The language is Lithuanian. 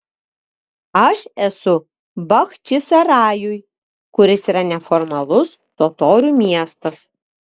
aš esu bachčisarajuj kuris yra neformalus totorių miestas